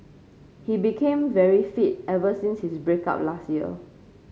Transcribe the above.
he became very fit ever since his break up last year